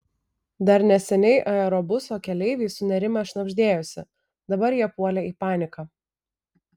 dar neseniai aerobuso keleiviai sunerimę šnabždėjosi dabar jie puolė į paniką